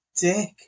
dick